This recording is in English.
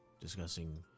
discussing